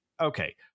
okay